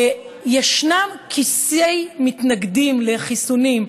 ישנם כיסי מתנגדים לחיסונים,